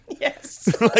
yes